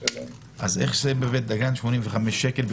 איך זה בבית דגן 85 שקלים,